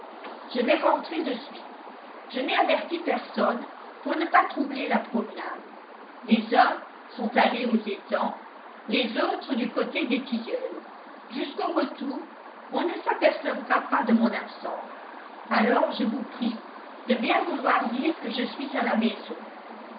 je vais rentrer de suite je n'ai averti personne pour ne pas troubler la promenade les uns sont allés aux étangs les autres du côté des tilleuls jusqu'au retour on ne s'apercevra pas de mon absence alors je vous prie de bien vouloir dire que je suis à la maison